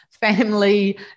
family